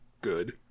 good